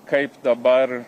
kaip dabar